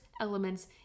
elements